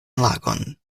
lagon